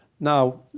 now,